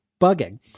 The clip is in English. bugging